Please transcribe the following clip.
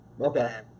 okay